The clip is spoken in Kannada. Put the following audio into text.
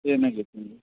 ಏನಾಗಿತ್ತು ನಿಮಗೆ